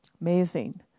Amazing